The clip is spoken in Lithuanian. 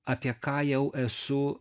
apie ką jau esu